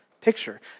picture